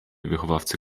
wychowawcy